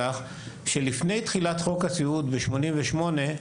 שלפני תחילת חוק הסיעוד בשנת 1988,